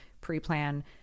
pre-plan